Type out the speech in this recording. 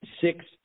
six